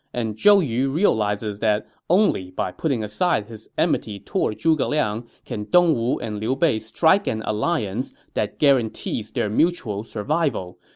and zhou yu realizes that only by putting aside his enmity toward zhuge liang can dongwu and liu bei strike an alliance that guarantees theirs mutual survival.